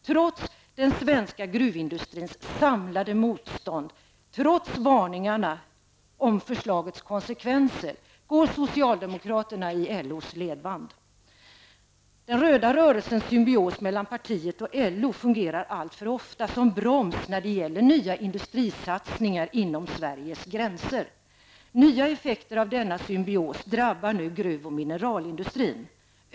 Trots den svenska gruvindustrins samlade motstånd och trots varningarna om förslagets konsekvenser, går socialdemokraterna i LOs ledband. Den röda rörelsens symbios mellan partiet och LO fungerar alltför ofta som broms när det gäller nya industrisatsningar inom Sveriges gränser. Nya effekter av denna symbios drabbar nu gruv och mineralindustrin.